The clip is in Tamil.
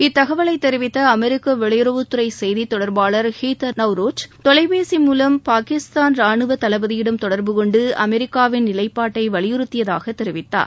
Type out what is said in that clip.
இத்தகவலை தெரிவித்த அமெரிக்க வெளியுறவுத் துறை செய்தி தொடர்பாளர் ஹீத்தர் நௌவர்ட் தொலைபேசி மூலம் பாகிஸ்தான் ராணுவ தளபதியிடம் தொடர்புகொண்டு அமெரிக்காவின் நிலைப்பாட்டை வலியுறத்தியதாக தெரிவித்தார்